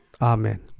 Amen